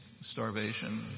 starvation